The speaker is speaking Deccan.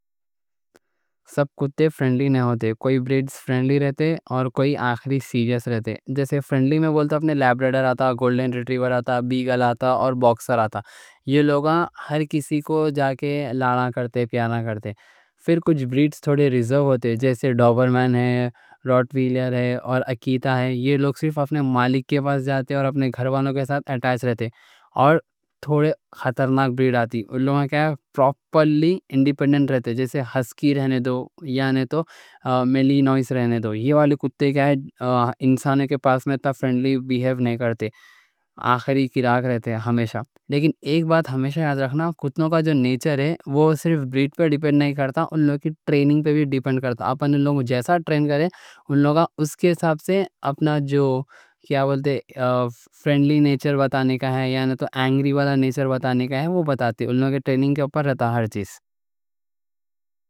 سب کتے فرنڈلی نہیں ہوتے۔ کوئی بریڈز فرنڈلی رہتے اور کوئی سیریس رہتے۔ جیسے فرنڈلی میں بولتے اپنے لیبراڈور آتا، گولڈن ریٹریور آتا، بیگل آتا اور باکسر آتا۔ یہ لوگا ہر کسی کو جا کے لانا کرتے، پیار کرتے۔ پھر کچھ بریڈز تھوڑے ریزرو ہوتے جیسے ڈوبرمین ہے، روٹ ویلر ہے اور اکیتا ہے۔ یہ لوگ صرف اپنے مالک کے پاس جاتے اور اپنے گھر والوں کے ساتھ اٹیچ رہتے۔ اور تھوڑے خطرناک بریڈز آتی، وہ لوگا کیا ہے پروپرلی انڈیپنڈنٹ رہتے۔ جیسے ہسکی رہنے دو، یا نہیں تو مالینویز رہنے دو۔ یہ والی کتے کیا ہے انسان کے پاس میں تا فرنڈلی بیہیو نہیں کرتے، آخری کیراک رہتے ہمیشہ۔ لیکن ایک بات ہمیشہ یاد رکھنا، کتنوں کا جو نیچر ہے وہ صرف بریڈ پر ڈیپنڈ نہیں کرتا، ان لوگ کی ٹریننگ پر بھی ڈیپنڈ کرتا۔ آپ ان لوگوں کو جیسا ٹرین کریں، ان لوگا اس کے حساب سے اپنا جو کیا بولتے فرنڈلی نیچر بتانے کا ہے یا نہیں تو اینگری والا نیچر بتانے کا ہے وہ بتاتے۔ ان لوگوں کے ٹریننگ کے اوپر رہتا ہر چیز۔